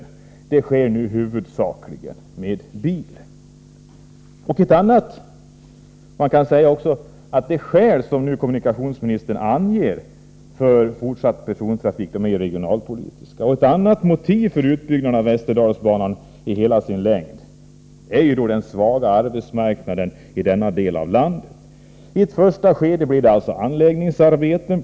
Dessa resor sker nu huvudsakligen med bil. Man kan säga att de skäl som kommunikationsministern nu anger för fortsatt persontrafik är regionalpolitiska. Ett annat motiv för utbyggnad av Västerdalsbanan i hela dess längd är den svaga arbetsmarknaden i denna del av landet. I ett första skede blir det anläggningsarbeten.